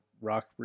rock